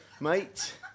mate